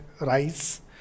rice